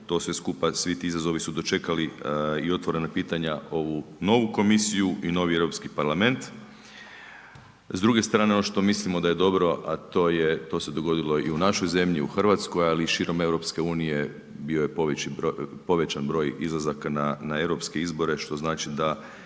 to sve skupa svi ti izazovi su dočekali i otvorena pitanja ovu novu Komisiju i novi Europski parlament. S druge strane ono što mislimo da je dobro, a to se dogodilo i u našoj zemlji u Hrvatskoj, ali i širom EU bio je povećan broj izlazaka na europske izbore, što znači da